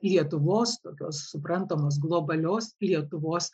lietuvos tokios suprantamos globalios lietuvos